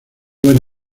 buen